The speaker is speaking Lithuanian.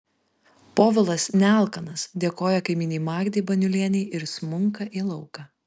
povilas nealkanas dėkoja kaimynei magdei baniulienei ir smunka į lauką